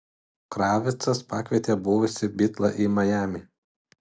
kravitcas pakvietė buvusį bitlą į majamį